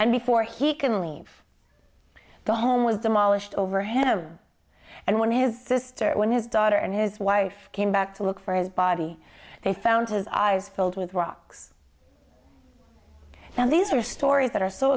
and before he can leave the home was demolished over him and when his sister when his daughter and his wife came back to look for his body they found his eyes filled with rocks so these are stories that are so